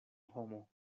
homo